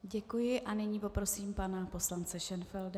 Děkuji a nyní poprosím pana poslance Šenfelda.